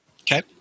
Okay